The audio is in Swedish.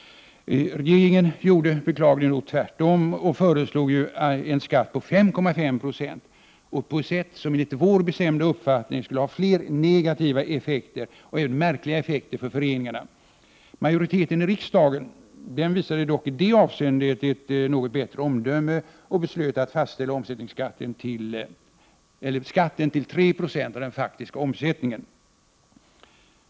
Regeringen gjorde, beklagligt nog, tvärtom och föreslog en skatt på 5,5 96, vilket enligt vår bestämda uppfattning skulle ha fler negativa och märkliga effekter för föreningarna. Majoriteten i riksdagen visade dock i det avseendet ett något bättre omdöme och beslöt att fastställa skatten till 3 26 av den faktiska omsättningen.